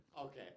Okay